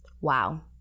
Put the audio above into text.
wow